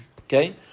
Okay